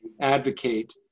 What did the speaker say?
advocate